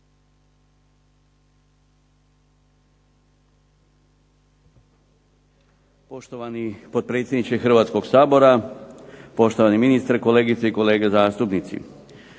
Poštovani potpredsjedniče Hrvatskoga sabora, poštovani ministre, kolegice i kolege. Pa